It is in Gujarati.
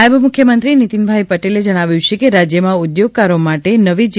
નાયબ મુખ્યમંત્રી નીતિન પટેલે જણાવ્યું છે કે રાજ્યમાં ઉદ્યોગકારો માટે નવી જી